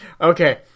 okay